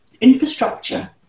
infrastructure